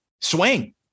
swing